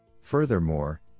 Furthermore